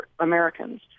Americans